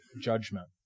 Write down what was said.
judgment